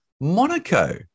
Monaco